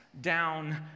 down